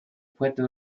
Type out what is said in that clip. puerto